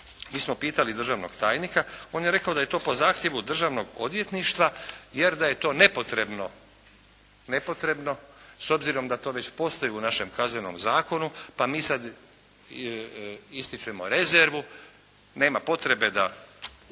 Mi smo pitali državnog tajnika. On je rekao da je to po zahtjevu Državnog odvjetništva jer da je to nepotrebno s obzirom da to već postoji u našem zakonu pa mi sad ističemo rezervu. Nema potrebe da prihvaćamo